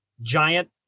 giant